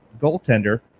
goaltender